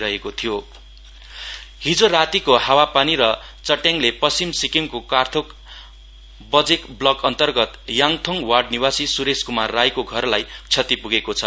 lightning damage हिजो रातीको हावापानी र चट्याङले पश्चिम सिक्किमको कर्थोक बेजक ब्लक अन्तर्गत याङथोङ वार्ड निवासी सुरेश कुमार राईको घरलाई क्षति प्गेको छ